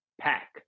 Pack